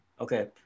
Okay